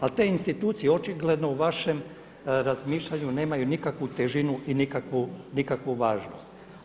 Ali te institucije očigledno u vašem razmišljanju nemaju nikakvu težinu i nikakvu važnost.